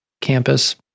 campus